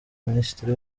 minisitiri